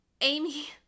Amy